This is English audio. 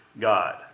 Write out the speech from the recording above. God